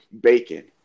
bacon